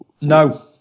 No